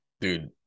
Dude